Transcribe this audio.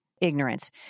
ignorance